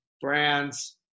brands